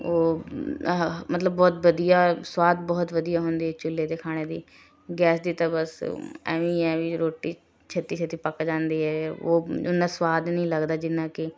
ਉਹ ਮਤਲਬ ਬਹੁਤ ਵਧੀਆ ਸੁਆਦ ਬਹੁਤ ਵਧੀਆ ਹੁੰਦੀ ਚੁੱਲ੍ਹੇ ਦੇ ਖਾਣੇ ਦੀ ਗੈਸ ਦੀ ਤਾਂ ਬਸ ਐਵੇਂ ਹੀ ਐਵੇਂ ਰੋਟੀ ਛੇਤੀ ਛੇਤੀ ਪੱਕ ਜਾਂਦੀ ਹੈ ਉਹ ਇੰਨਾਂ ਸੁਆਦ ਨਹੀਂ ਲੱਗਦਾ ਜਿੰਨਾਂ ਕਿ